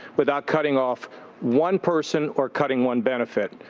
without cutting off one person or cutting one benefit,